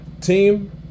team